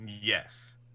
Yes